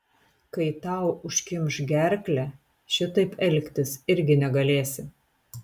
kai tau užkimš gerklę šitaip elgtis irgi negalėsi